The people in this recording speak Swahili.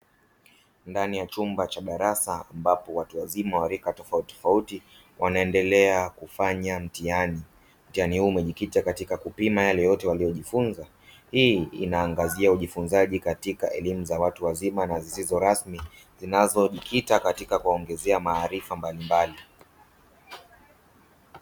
Ndani ya chumba cha darasa ambapo watu wazima wa rika tofauti tofauti wanaendelea kufanya mtihani. Mtihani huu umejikita katika kupima yale yote yaliyojifunza, hii inaangazia ujifunzaji katika elimu za watu wazima na zisizorasmi zinazojikita katika kuwaongezea maarifa mbalimbali.